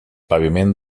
paviment